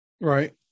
Right